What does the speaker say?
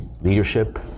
leadership